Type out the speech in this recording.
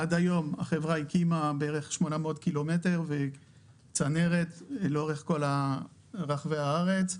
עד היום החברה הקימה בערך 800 קילומטר צנרת לאורך כל רחבי הארץ.